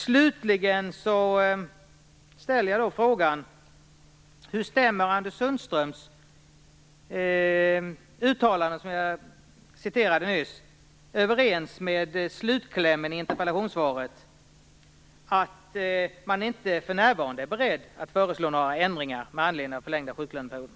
Slutligen ställer jag frågan: Hur stämmer Anders Sundströms uttalanden som jag nyss återgav överens med slutklämmen i interpellationssvaret - att man inte för närvarande är beredd att föreslå några ändringar med anledning av den förlängda sjuklöneperioden?